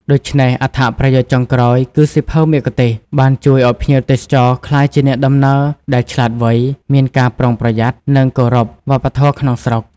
ដូច្នេះ អត្ថប្រយោជន៍ចុងក្រោយគឺ សៀវភៅមគ្គុទ្ទេសក៍បានជួយឲ្យភ្ញៀវទេសចរក្លាយជាអ្នកធ្វើដំណើរដែល ឆ្លាតវៃ មានការប្រុងប្រយ័ត្ន និងគោរព វប្បធម៌ក្នុងស្រុក។